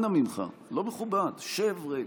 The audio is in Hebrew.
אנא ממך, זה לא מכובד, שב רגע.